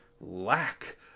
lack